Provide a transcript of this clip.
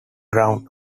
ground